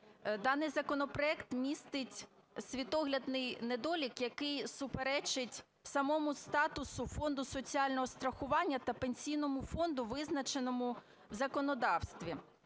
Даний законопроект містить світоглядний недолік, який суперечить самому статусу Фонду соціального страхування та Пенсійному фонду, визначеному в законодавстві.